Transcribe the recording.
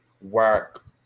work